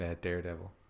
Daredevil